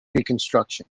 reconstruction